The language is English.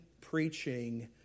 preaching